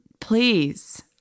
please